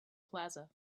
plaza